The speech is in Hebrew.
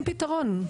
פתרון.